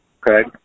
Craig